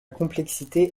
complexité